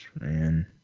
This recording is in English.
man